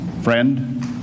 friend